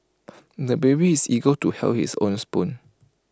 the baby is eager to hold his own spoon